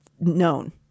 known